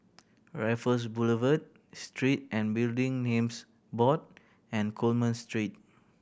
Raffles Boulevard Street and Building Names Board and Coleman Street